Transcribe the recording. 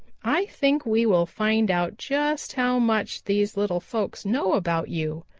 i think we will find out just how much these little folks know about you.